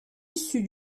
issu